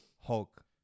Hulk